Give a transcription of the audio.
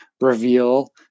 reveal